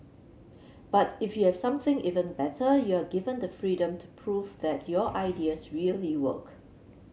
but if you have something even better you are given the freedom to prove that your ideas really work